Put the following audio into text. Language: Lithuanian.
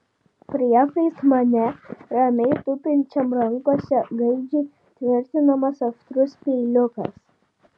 priešais mane ramiai tupinčiam rankose gaidžiui tvirtinamas aštrus peiliukas